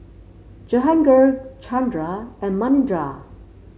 Jehangirr Chandra and Manindra